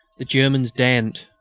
the germans daren't.